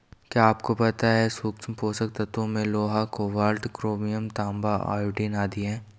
क्या आपको पता है सूक्ष्म पोषक तत्वों में लोहा, कोबाल्ट, क्रोमियम, तांबा, आयोडीन आदि है?